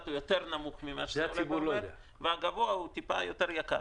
הוא נמוך יותר ממה --- והגבוה הוא קצת יותר יקר.